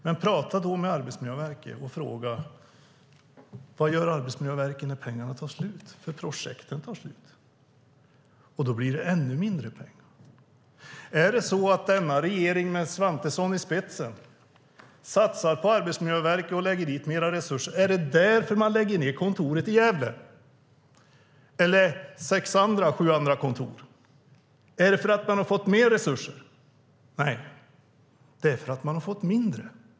Men prata då med Arbetsmiljöverket och fråga: Vad gör Arbetsmiljöverket när pengarna tar slut? Projekten tar slut, och då blir det ännu mindre pengar. Är det så att denna regering med Svantesson i spetsen satsar på Arbetsmiljöverket och lägger dit mer resurser? Är det därför man lägger ned kontoret i Gävle eller sex sju andra kontor? Är det för att man har fått mer resurser? Nej, det är för att man har fått mindre.